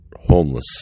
homeless